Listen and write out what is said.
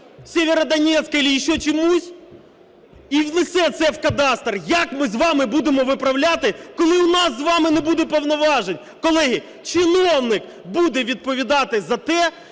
Сєвєродонецька, или еще чомусь, і внесе це в кадастр, як ми з вами будемо виправляти, коли у нас з вами не буде повноважень? Колеги, чиновник буде відповідати за те,